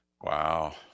Wow